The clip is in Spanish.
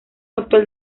actual